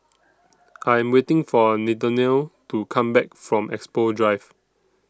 I'm waiting For Nathanael to Come Back from Expo Drive